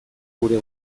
gure